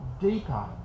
deeper